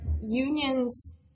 unions